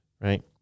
right